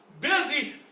busy